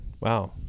Wow